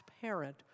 parent